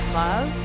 love